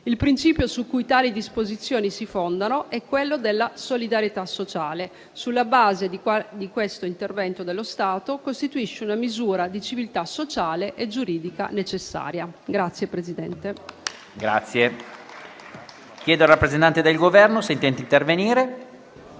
Il principio su cui tali disposizioni si fondano è quello della solidarietà sociale. Questo intervento dello Stato costituisce una misura di civiltà sociale e giuridica necessaria.